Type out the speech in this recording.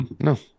No